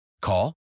Call